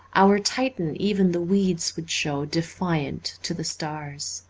our titan even the weeds would show defiant, to the stars.